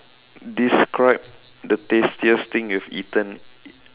describe the tastiest thing you have eaten